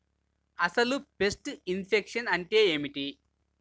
అసలు pest infection అంటే ఏమిటి?